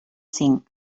cinc